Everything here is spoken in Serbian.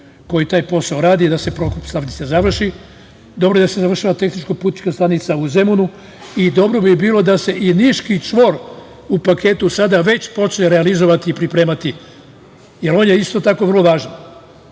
koji taj posao radi i da se Prokop stanica završi i dobro je da se završava i tehničko putna stanica u Zemunu i dobro bi bilo da se Niški čvor u paketu već počne realizovati i pripremati, jer je on vrlo važan. Lepo